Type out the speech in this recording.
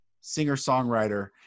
singer-songwriter